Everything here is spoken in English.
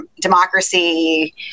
democracy